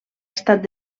estat